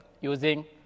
using